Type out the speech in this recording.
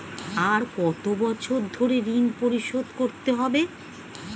আর কত বছর ধরে ঋণ পরিশোধ করতে হবে?